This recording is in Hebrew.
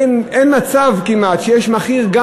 אין כמעט מצב שמוצרים,